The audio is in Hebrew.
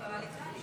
תודה רבה.